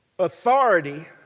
Authority